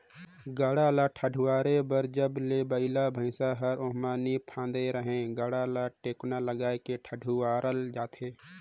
गाड़ा ल ठडुवारे बर जब ले बइला भइसा हर ओमहा नी फदाय रहेए गाड़ा ल टेकोना लगाय के ठडुवारल जाथे